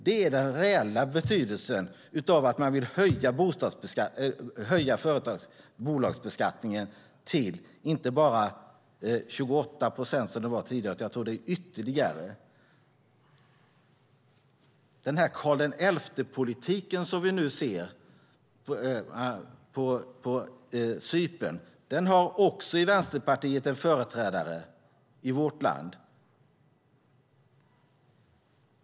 Det är den reella betydelsen av att man vill höja bolagsbeskattningen till inte bara 28 procent, som den var tidigare, utan jag tror att det är ytterligare. Denna Karl XI-politik vi nu ser på Cypern har en företrädare också i vårt land, i Vänsterpartiet.